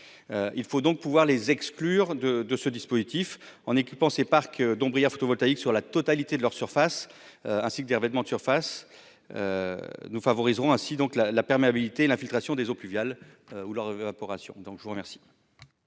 il faut donc pouvoir les exclure de de ce dispositif en équipant ses parcs dont photovoltaïques sur la totalité de leur surface ainsi que des revêtements de surface, nous favoriserons ainsi donc la la perméabilité l'infiltration des eaux pluviales ou leur évaporation, donc je vous remercie.